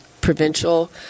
provincial